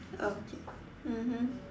oh mmhmm